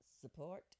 support